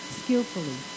skillfully